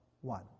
one